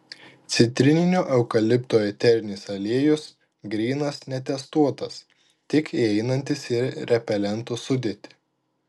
citrininio eukalipto eterinis aliejus grynas netestuotas tik įeinantis į repelentų sudėtį